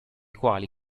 quali